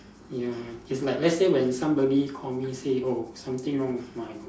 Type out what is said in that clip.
ya it's like let's say when somebody call me say oh something wrong with my